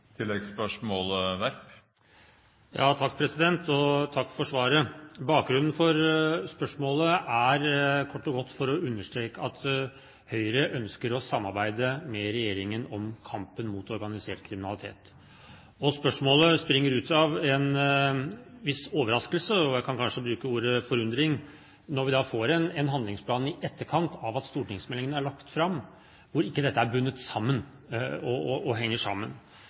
for svaret. Bakgrunnen for spørsmålet er kort og godt den at jeg vil understreke at Høyre ønsker å samarbeide med regjeringen i kampen mot organisert kriminalitet. Spørsmålet springer ut av en viss overraskelse – jeg kan kanskje bruke ordet «forundring» – over at vi får en handlingsplan i etterkant av at stortingsmeldingen er lagt fram, hvor dette ikke er bundet sammen og henger sammen.